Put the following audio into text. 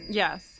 yes